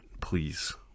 please